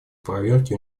проверке